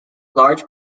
large